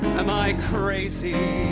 am i crazy?